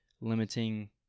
limiting